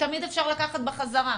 תמיד אפשר לקחת בחזרה.